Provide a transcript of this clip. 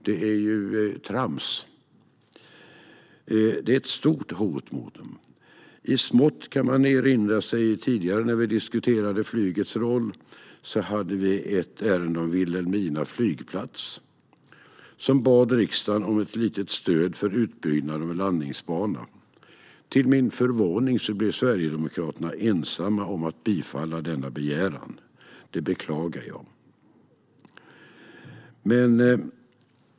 Det är ju trams! Det är ett stort hot mot dem. I smått kan man erinra sig att när vi tidigare diskuterade flygets roll hade vi ett ärende om Vilhelmina flygplats. De bad riksdagen om ett litet stöd för utbyggnad av en landningsbana. Till min förvåning var Sverigedemokraterna ensamma om att vilja bifalla denna begäran. Det beklagar jag.